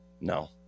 No